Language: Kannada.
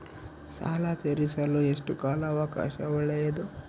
ಸಾಲ ತೇರಿಸಲು ಎಷ್ಟು ಕಾಲ ಅವಕಾಶ ಒಳ್ಳೆಯದು?